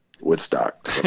Woodstock